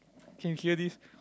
can hear this